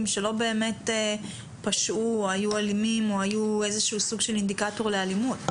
שלא באמת פשעו או היו אלימים או היו סוג של אינדיקטור לאלימות.